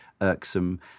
irksome